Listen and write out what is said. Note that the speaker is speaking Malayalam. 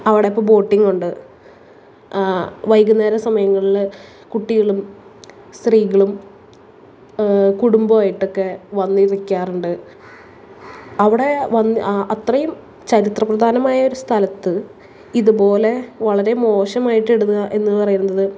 അവിടിപ്പോൾ ബോട്ടിംഗുണ്ട് വൈകുന്നേര സമയങ്ങളിൽ കുട്ടികളും സ്ത്രീകളും കുടുംബമായിട്ടൊക്കെ വന്നിരിക്കാറുണ്ട് അവിടെ വന് അത്രയും ചരിത്ര പ്രധാനമായൊരു സ്ഥലത്ത് ഇതുപോലെ വളരെ മോശമായിട്ടിടുന്ന എന്നു പറയുന്നത്